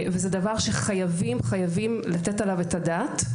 וזה דבר שחייבים, חייבים, לתת עליו את הדעת.